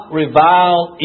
revile